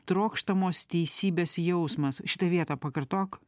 trokštamos teisybės jausmas šitą vietą pakartok